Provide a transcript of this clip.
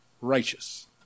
righteous